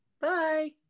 Bye